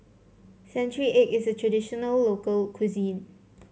Century Egg is a traditional local cuisine